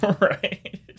Right